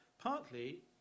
partly